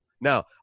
Now